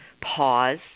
pause